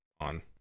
on